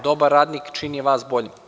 Dobar radnik čini vas boljim.